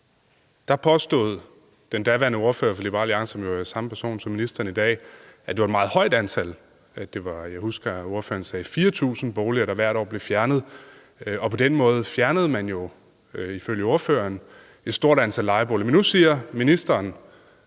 påstod den daværende ordfører for Liberal Alliance, som jo er den samme person som ministeren i dag, at det var et meget højt antal. Jeg husker, at ordføreren sagde, at 4.000 boliger hvert år blev fjernet, og på den måde fjernede man jo ifølge ordføreren et stort antal lejeboliger. Nu siger ministeren